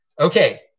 Okay